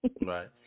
Right